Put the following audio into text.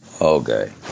Okay